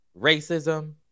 racism